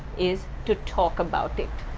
is to talk about it.